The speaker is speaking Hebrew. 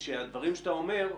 כי הדברים שאתה אומר,